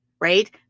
right